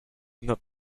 not